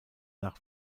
nach